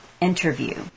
interview